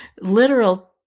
literal